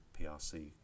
prc